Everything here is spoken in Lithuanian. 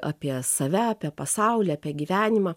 apie save apie pasaulį apie gyvenimą